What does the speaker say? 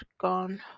gone